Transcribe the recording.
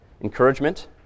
encouragement